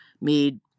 made